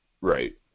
right